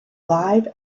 live